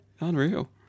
Unreal